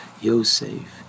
Yosef